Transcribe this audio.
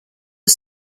are